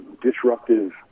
disruptive